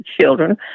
children